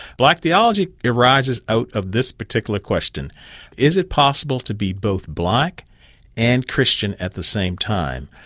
black theology arises out of this particular question is it possible to be both black and christian at the same time?